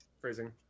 phrasing